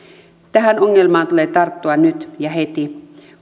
tähän ongelmaan tulee tarttua nyt ja heti